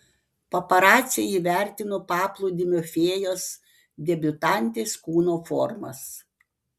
paparaciai įvertino paplūdimio fėjos debiutantės kūno formas